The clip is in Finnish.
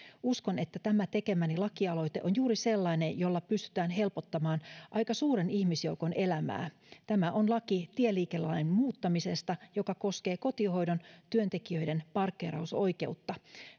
uskon että tämä tekemäni lakialoite on juuri sellainen jolla pystytään helpottamaan aika suuren ihmisjoukon elämää tämä on laki tieliikennelain muuttamisesta joka koskee kotihoidon työntekijöiden parkkeerausoikeutta